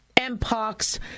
M-pox